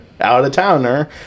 out-of-towner